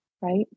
Right